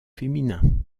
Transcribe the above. féminin